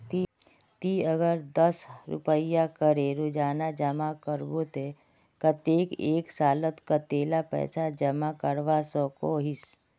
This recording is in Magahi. ती अगर दस रुपया करे रोजाना जमा करबो ते कतेक एक सालोत कतेला पैसा जमा करवा सकोहिस?